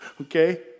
Okay